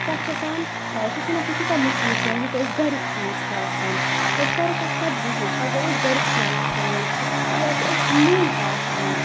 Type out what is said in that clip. تَتھ چھِ آسان سُہ چھُنہٕ آسان تیوٗتاہ مُفیٖد کینٛہہ یوتاہ أسۍ گَریُک چیٖز چھُ آسان أسۍ کَرو کَتھ سَبزی ہٕنٛز اگر أسۍ گَریُک ہاکھ کھیٚوان چھِ یا کہِ أسۍ چھِ مٔلۍ ہاکھ اَنان